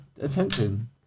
attention